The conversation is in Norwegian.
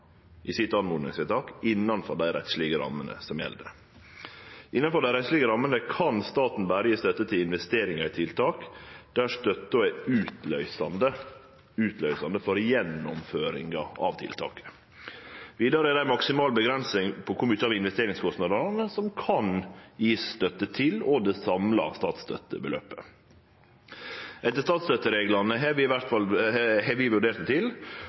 i sitt oppmodingsvedtak, innanfor dei rettslege rammene som gjeld. Innanfor dei rettslege rammene kan staten berre gje støtte til investeringar i tiltak der støtta er utløysande for gjennomføringa av tiltaket. Vidare er det ei maksimal grense for kor mykje av investeringskostnadene ein kan gje støtte til, og det samla statsstøttebeløpet. Etter statsstøttereglane har vi